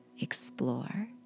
explore